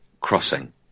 Crossing